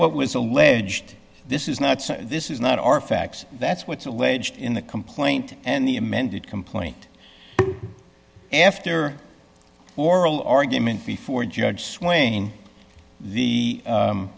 what was alleged this is not this is not our facts that's what's alleged in the complaint and the amended complaint after oral argument before judge swain the